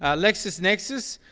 ah lexisnexis,